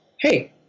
hey